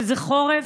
שזה חורף,